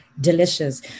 delicious